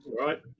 Right